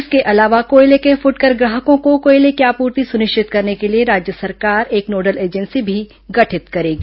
इसके अलावा कोयले के फूटकर ग्राहकों को कोयले की आपूर्ति सुनिश्चित करने के लिए राज्य एक नोडल एजेंसी भी गठित करेगा